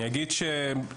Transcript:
אני אגיד שלנו,